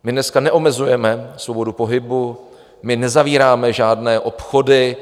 My dneska neomezujeme svobodu pohybu, my nezavíráme žádné obchody.